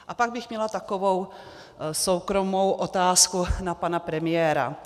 A pak bych měla takovou soukromou otázku na pana premiéra.